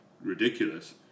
ridiculous